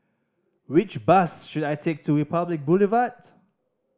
which bus should I take to Republic Boulevard